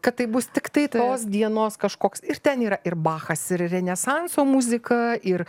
kad taip bus tiktai tos dienos kažkoks ir ten yra ir bachas ir renesanso muzika ir